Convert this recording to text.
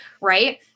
right